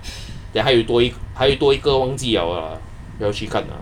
ya 还有多还有多一我有个忘记 liao lah 要去看 ah